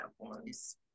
platforms